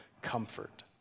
comfort